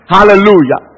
Hallelujah